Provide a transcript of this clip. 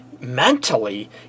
mentally